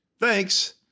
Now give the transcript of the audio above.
thanks